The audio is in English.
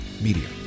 media